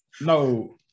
No